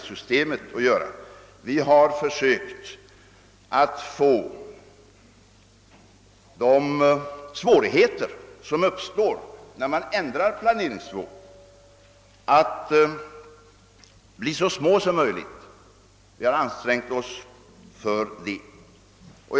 Vi har försökt att få de svårigheter som uppstår när man ändrar planeringsni vån att bli så små som möjligt; vi har ansträngt oss för det!